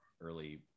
early